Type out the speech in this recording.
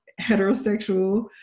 heterosexual